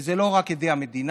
וזה לא רק עדי המדינה.